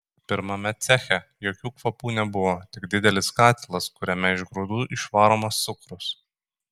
pirmame ceche jokių kvapų nebuvo tik didelis katilas kuriame iš grūdų išvaromas cukrus